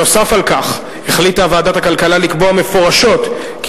נוסף על כך החליטה ועדת הכלכלה לקבוע מפורשות כי